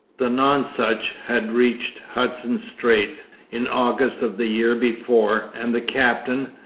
the nonsuch had reached hudson strait in august of the year before, and the captain,